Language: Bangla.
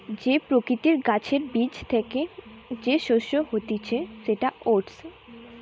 যে প্রকৃতির গাছের বীজ থ্যাকে যে শস্য হতিছে সেটা ওটস